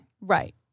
Right